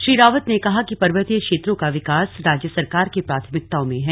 श्री रावत ने कहा कि पर्वतीय क्षेत्रों का विकास राज्य सरकार की प्राथमिकताओं में है